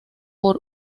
por